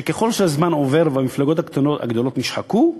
שככל שהזמן עובר והמפלגות הגדולות נשחקות,